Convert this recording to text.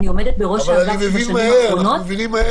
אני עומדת בראש האגף בשנים האחרונות -- אבל אנחנו מבינים מהר.